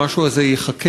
המשהו הזה ייחקר,